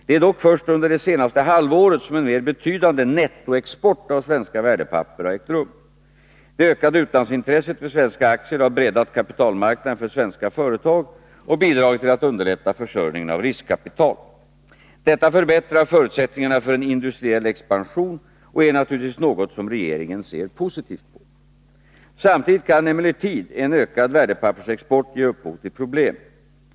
Det är dock först under det senaste halvåret som en mer betydande nettoexport av svenska värdepapper ägt rum. Det ökade utlandsintresset för svenska aktier har breddat kapitalmarknaden för svenska företag och bidragit till att underlätta försörjningen med riskkapital. Detta förbättrar förutsättningarna för en industriell expansion och är naturligtvis något som regeringen ser positivt på. Samtidigt kan emellertid en ökad värdepappersexport ge upphov till problem.